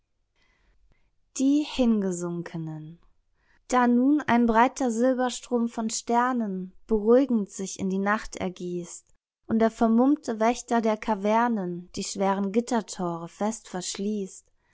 die hingesunkenen da nun ein breiter silberstrom von sternen beruhigend sich in die nacht ergiesst und der vermummte wächter der kavernen die schweren gittertore fest verschliesst